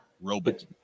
Robot